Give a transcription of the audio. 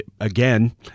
again